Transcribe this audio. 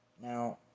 Now